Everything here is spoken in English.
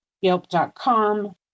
yelp.com